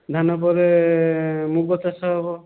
ଧାନ ପରେ ମୁଗ ଚାଷ ହେବ